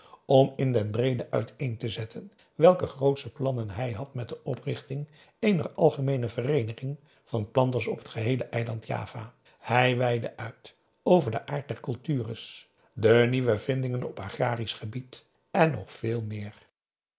om in den breede uiteen te zetten welke grootsche plannen hij had met de oprichting eener algemeene vereeniging van planters op het geheele eiland java hij weidde uit over den aard der cultures de nieuwe vindingen op agrarisch gebied en nog heel veel meer